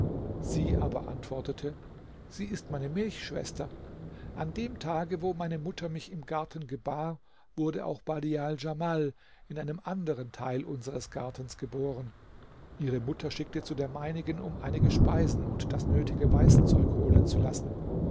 sie aber antwortete sie ist meine milchschwester an dem tage wo meine mutter mich im garten gebar wurde auch badial djamal in einem anderen teil unseres gartens geboren ihre mutter schickte zu der meinigen um einige speisen und das nötige weißzeug holen zu lassen